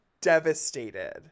devastated